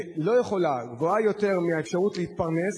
זה גבוה יותר מהאפשרות להתפרנס,